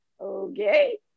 okay